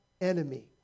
enemy